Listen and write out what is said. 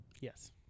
Yes